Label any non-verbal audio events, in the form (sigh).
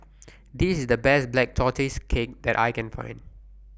(noise) This IS The Best Black Tortoise Cake that I Can Find